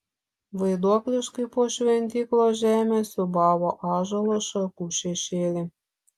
vaiduokliškai po šventyklos žemę siūbavo ąžuolo šakų šešėliai